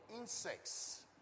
insects